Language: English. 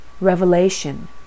Revelation